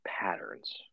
patterns